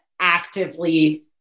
actively